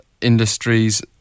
industries